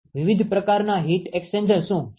વિવિધ પ્રકારના heat exchanger શું છે